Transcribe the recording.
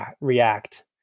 react